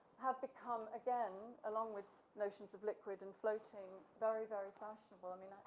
have become again, along with notions of liquid and floating, very very fashionable. i mean,